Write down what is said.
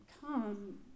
come